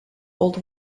old